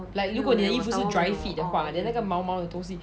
like 如果你的衣服是 dry fit 的话 then 那个毛毛的东西